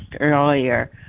earlier